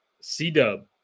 C-Dub